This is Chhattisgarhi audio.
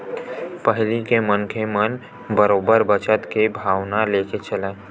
पहिली के मनखे मन ह बरोबर बचत के भावना लेके चलय